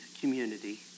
community